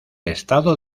estado